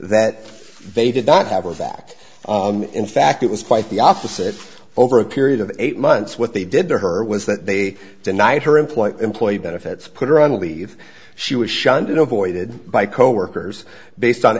that they did not have or that in fact it was quite the opposite over a period of eight months what they did to her was that they denied her employer employee benefits put her on leave she was shunted avoided by coworkers based on